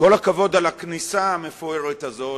כל הכבוד על הכניסה המפוארת הזאת.